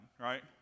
right